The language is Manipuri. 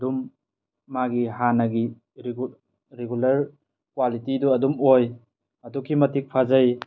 ꯑꯗꯨꯝ ꯃꯥꯒꯤ ꯍꯥꯟꯅꯒꯤ ꯔꯤꯒꯨꯂ꯭ꯔ ꯀ꯭ꯋꯥꯂꯤꯇꯤꯗꯣ ꯑꯗꯨꯝ ꯑꯣꯏ ꯑꯗꯨꯛꯀꯤ ꯃꯇꯤꯛ ꯐꯖꯩ